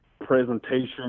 presentation